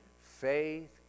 Faith